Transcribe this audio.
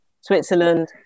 Switzerland